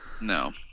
No